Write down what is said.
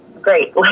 great